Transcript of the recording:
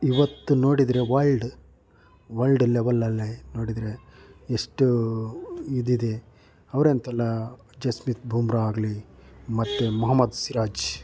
ಇವತ್ತು ನೋಡಿದರೆ world world ಲೆವೆಲಲ್ಲಿ ನೋಡಿದರೆ ಎಷ್ಟು ಇದಿದೆ ಅವರಂತಲ್ಲ ಜಸ್ಮಿತ್ ಬೂಮ್ರಾ ಆಗಲಿ ಮತ್ತೆ ಮೊಹಮ್ಮದ್ ಸಿರಾಜ್